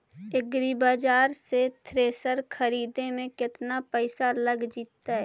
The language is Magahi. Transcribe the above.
एग्रिबाजार से थ्रेसर खरिदे में केतना पैसा लग जितै?